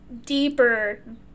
deeper